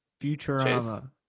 Futurama